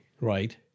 right